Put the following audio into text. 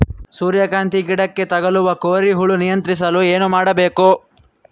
ಸೂರ್ಯಕಾಂತಿ ಗಿಡಕ್ಕೆ ತಗುಲುವ ಕೋರಿ ಹುಳು ನಿಯಂತ್ರಿಸಲು ಏನು ಮಾಡಬೇಕು?